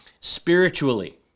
spiritually